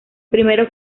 primero